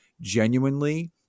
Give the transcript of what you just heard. genuinely